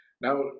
Now